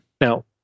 Now